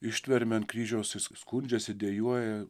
ištverme ant kryžiaus jis skundžiasi dejuoja